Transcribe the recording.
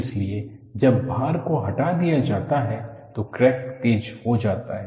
इसलिए जब भार को हटा दिया जाता है तो क्रैक तेज हो जाता है